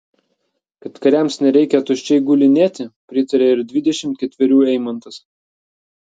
kad kariams nereikia tuščiai gulinėti pritarė ir dvidešimt ketverių eimantas